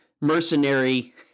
mercenary